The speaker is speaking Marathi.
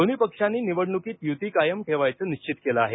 दोन्ही पक्षांनी निवडणुकीत युती कायम ठेवायचं निश्चित केलं आहे